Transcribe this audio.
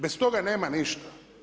Bez toga nema ništa.